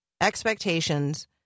expectations